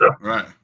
right